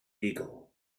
beagle